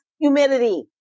Humidity